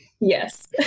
Yes